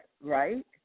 right